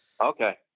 okay